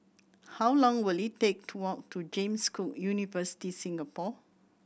how long will it take to walk to James Cook University Singapore